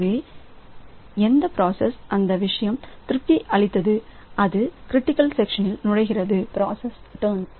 எனவே எந்த பிராசஸ் அந்த விஷயம் திருப்தி அளித்தது அது க்ரிட்டிக்கல் செக்ஷனில் நுழைகிறது எந்த பிராசஸ் டர்ன்